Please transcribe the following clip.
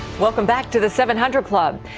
welcome back to the seven hundred club.